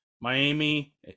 Miami